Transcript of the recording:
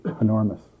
enormous